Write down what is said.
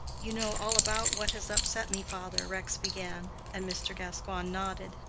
you know all about what has upset me, father, rex began, and mr. gascoigne nodded.